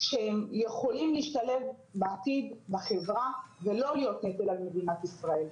שהם יכולים בעתיד להשתלב בחברה ולא להיות נטל על מדינת ישראל.